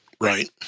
Right